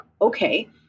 okay